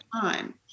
time